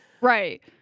right